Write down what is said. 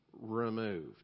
removed